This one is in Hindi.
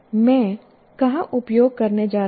मैं कहाँ उपयोग करने जा रहा हूँ